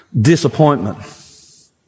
disappointment